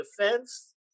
Defense